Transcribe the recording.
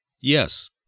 Yes